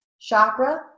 chakra